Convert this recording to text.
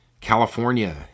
California